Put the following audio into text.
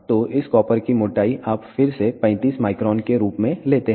तो इस कॉपर की मोटाई आप फिर से 35 माइक्रोन के रूप में लेते हैं